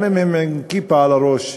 גם אם הם עם כיפה על הראש,